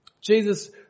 Jesus